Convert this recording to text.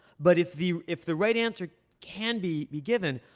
but if the if the right answer can be be given,